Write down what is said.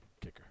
kicker